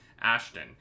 ashton